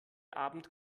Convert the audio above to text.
abend